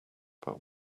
but